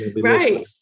right